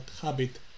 habit